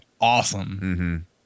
awesome